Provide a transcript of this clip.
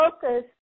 focus